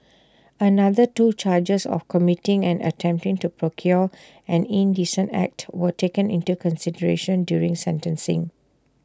another two charges of committing and attempting to procure an indecent act were taken into consideration during sentencing